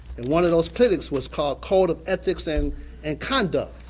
and one of those clinics was called code of ethics and and conduct.